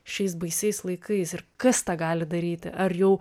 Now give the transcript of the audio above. šiais baisiais laikais ir kas tą gali daryti ar jau